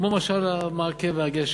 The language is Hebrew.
כמו במשל המעקה והגשר,